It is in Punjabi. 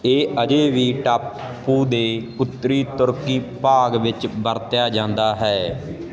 ਇਹ ਅਜੇ ਵੀ ਟਾਪੂ ਦੇ ਉੱਤਰੀ ਤੁਰਕੀ ਭਾਗ ਵਿੱਚ ਵਰਤਿਆ ਜਾਂਦਾ ਹੈ